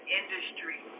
industry